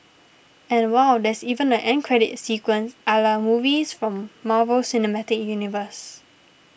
and wow there's even an end credit sequence a la movies from Marvel cinematic universe